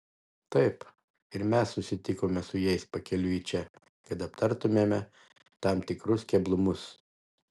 taip ir mes susitikome su jais pakeliui į čia kad aptartumėme tam tikrus keblumus